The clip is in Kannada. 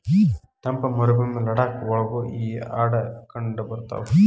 ತಂಪ ಮರಭೂಮಿ ಲಡಾಖ ಒಳಗು ಈ ಆಡ ಕಂಡಬರತಾವ